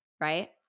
Right